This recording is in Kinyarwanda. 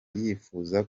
yipfuza